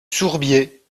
sourbier